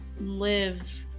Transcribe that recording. live